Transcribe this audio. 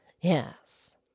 Yes